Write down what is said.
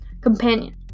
Companion